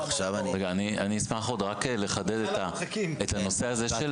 אני אשמח רק לחדד את הנושא הזה של